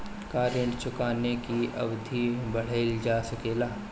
क्या ऋण चुकाने की अवधि बढ़ाईल जा सकेला?